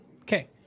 Okay